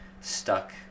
stuck